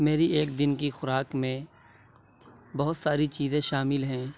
میری ایک دِن کی خوراک میں بہت ساری چیزیں شامل ہیں